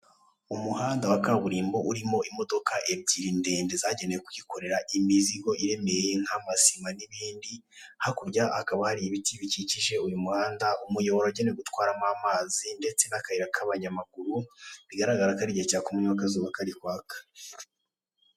Umuhanda wa kaburimbo urimo imodoka ebyiri ndende zagenewe kwikoreraa imizigo iremereye nk'amasima n'ibindi, hakurya hakaba hari ibiti bikikije uyu muhanda, umuyoboro wagenewe gutwaramo amazi ndetse n'akayira k'abanyamaguru, bigaragara ko ari ighe cya kumanywa akazuba kari kwaka.